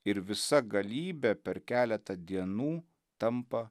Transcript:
ir visa galybė per keletą dienų tampa